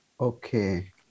Okay